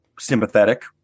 sympathetic